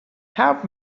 help